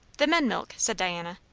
the men milk, said diana.